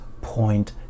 point